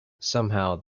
somehow